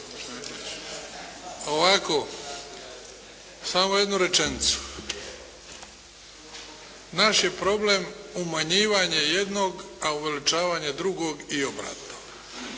lijepa. Samo jednu rečenicu. Naš je problem umanjivanje jednog a uveličavanje drugog i obratno.